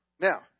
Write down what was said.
Now